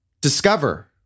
Discover